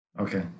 Okay